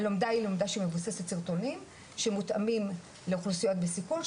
הלומדה היא לומדה שמבוססת סרטונים שמותאמים לאוכלוסיות בסיכון,